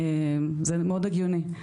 זה מאוד הגיוני.